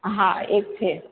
હા એક છે